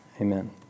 amen